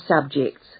subjects